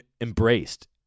embraced